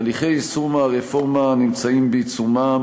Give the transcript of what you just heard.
הליכי יישום הרפורמה נמצאים בעיצומם,